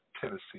Tennessee